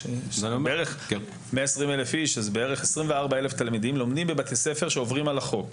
בערך 24 אלף תלמידים לומדים בבתי ספר שעוברים על החוק.